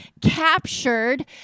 captured